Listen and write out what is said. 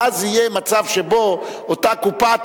ואז יהיה מצב שבו אותה קופה,